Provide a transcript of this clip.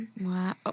Wow